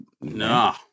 no